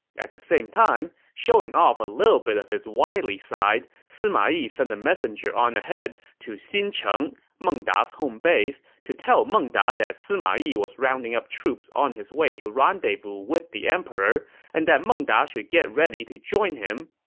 at the same time, showing off a little bit of his wiley side, sima yi sent a messenger on ahead to xincheng, meng da's so home base, to tell meng da that sima yi was rounding up troops on his way to rendezvous with the emperor and that meng da should get ready to join him.